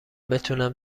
بتونم